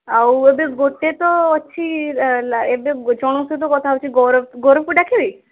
ଆଉ ଏବେ ଗୋଟେ ତ ଅଛି ଏବେ ଜଣଙ୍କ ସହିତ କଥା ହେଉଛି ଗୌରବ ଗୌରବକୁ ଡାକିବି